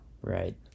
Right